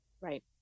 Right